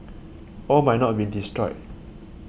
all might not be destroyed